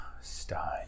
Stein